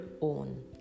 own